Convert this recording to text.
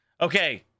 Okay